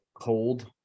cold